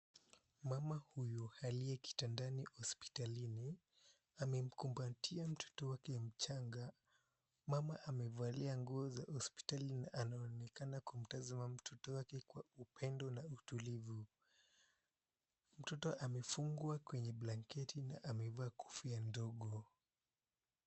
Mama huyu aliye kitandani hospitalini, amemkumbatia mtoto wake mchanga. Mama amevalia nguo za hospitali na anaonekana kumtazama mtoto wake kwa upendo na utulivu. Mtoto amefungwa kwenye blanketi na amevaa kofia ndogo.